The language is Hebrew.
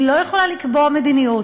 היא לא יכולה לקבוע מדיניות,